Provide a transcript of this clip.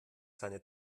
seine